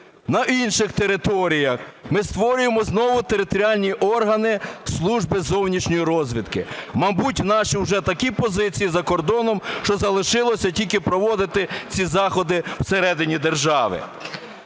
на інших територіях. Ми створюємо знову територіальні органи Служби зовнішньої розвідки. Мабуть, у нас уже такі позиції за кордоном, що залишилося тільки проводити ці заходи всередині держави.